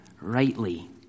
rightly